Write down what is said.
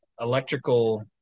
electrical